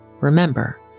remember